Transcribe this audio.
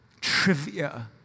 trivia